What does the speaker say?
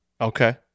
okay